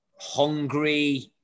hungry